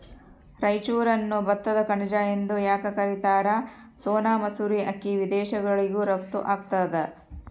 ರಾಯಚೂರನ್ನು ಭತ್ತದ ಕಣಜ ಎಂದು ಯಾಕ ಕರಿತಾರ? ಸೋನಾ ಮಸೂರಿ ಅಕ್ಕಿ ವಿದೇಶಗಳಿಗೂ ರಫ್ತು ಆಗ್ತದ